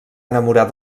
enamorar